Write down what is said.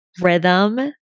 Rhythm